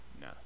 No